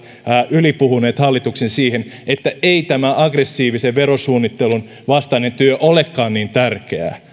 ylipuhuneet hallituksen siihen että ei tämä aggressiivisen verosuunnittelun vastainen työ olekaan niin tärkeää